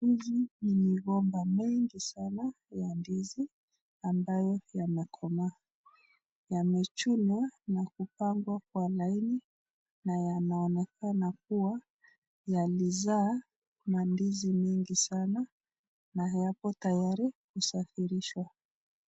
Hizi ni migomba mengi sana ya ndizi ambayo yanakomaa. Yamechunwa na kupangwa kwa laini na yanaonekana kuwa yalizaa mandizi mingi sana, na yapo tayari kusafirishwa.